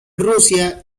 rusia